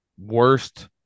worst